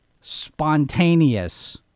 spontaneous